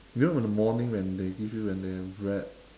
you know when the morning when they give you when they have bread